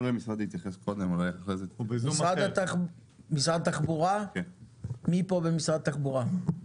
אז משרד התחבורה, בבקשה.